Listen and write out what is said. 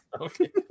Okay